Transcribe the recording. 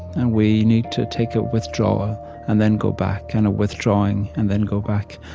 and we need to take a withdrawal and then go back and a withdrawing and then go back.